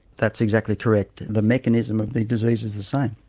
that's exactly correct the mechanism of the disease is the same.